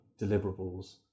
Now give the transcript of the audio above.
deliverables